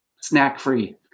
snack-free